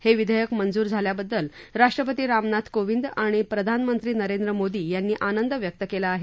हे विधेयक मंजूर झाल्याबद्दल राष्ट्रपती रामनाथ कोविंद आणि प्रधानमंत्री नरेंद्र मोदी यांनी आनंद व्यक्त केला आहे